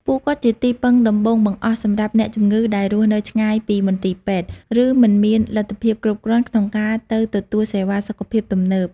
ពួកគាត់ជាទីពឹងដំបូងបង្អស់សម្រាប់អ្នកជំងឺដែលរស់នៅឆ្ងាយពីមន្ទីរពេទ្យ ឬមិនមានលទ្ធភាពគ្រប់គ្រាន់ក្នុងការទៅទទួលសេវាសុខភាពទំនើប។